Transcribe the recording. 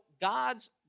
God's